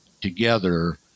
together